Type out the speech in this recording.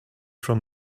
from